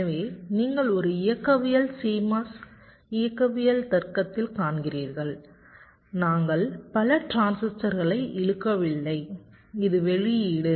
எனவே நீங்கள் ஒரு இயக்கவியல் CMOS இயக்கவியல் தர்க்கத்தில் காண்கிறீர்கள் நாங்கள் பல டிரான்சிஸ்டர்களை இழுக்கவில்லை இது வெளியீடு